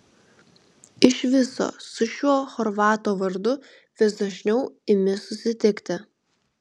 iš viso su šiuo chorvato vardu vis dažniau imi susitikti